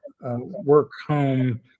work-home